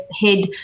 head